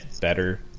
better